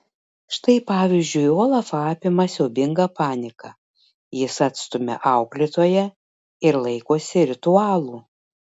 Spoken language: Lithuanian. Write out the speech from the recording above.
štai pavyzdžiui olafą apima siaubinga panika jis atstumia auklėtoją ir laikosi ritualų